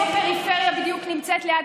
איזו פריפריה בדיוק נמצאת ליד